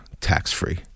tax-free